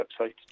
website